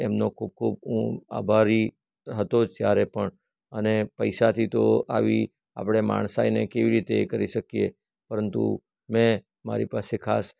એમનો હું ખૂબ ખૂબ આભારી હતો જ ત્યારે પણ અને પૈસાથી તો આવી આપડે માણસાઈને કેવી રીતે એ શકીએ પરંતુ મેં મારી પાસે ખાસ